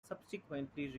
subsequently